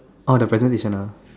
oh the presentation ah